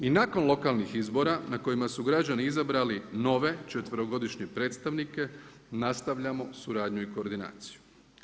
I nakon lokalnih izbora na kojima su građani izabrali nove 4.-godišnje predstavnike nastavljamo suradnju i koordinaciju.